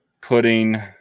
putting